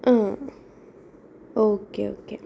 ആ okay okay